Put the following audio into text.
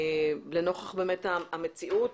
לנוכח המציאות,